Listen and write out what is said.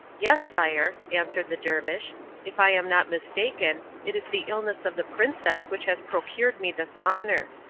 yes, sire, answered the dervish if i am not mistaken, it is the illness of the princess which has procured me this honour.